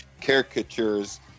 caricatures